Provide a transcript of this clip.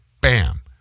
Bam